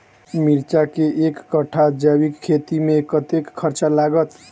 मिर्चा केँ एक कट्ठा जैविक खेती मे कतेक खर्च लागत?